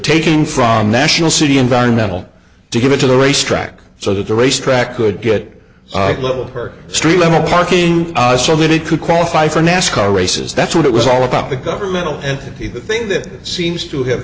taking from national city environmental to give it to the racetrack so that the racetrack could get hurt street level parking us so that it could qualify for nascar races that's what it was all about the governmental entity the thing that seems to have